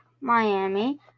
Miami